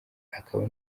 akaba